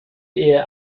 ehe